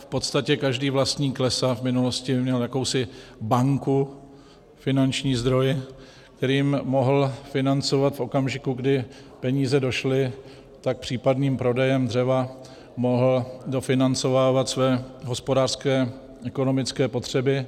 V podstatě každý vlastník lesa v minulosti měl jakousi banku, finanční zdroj, kterým mohl financovat v okamžiku, kdy peníze došly, tak případným prodejem dřeva mohl dofinancovávat své hospodářské ekonomické potřeby.